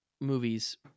movies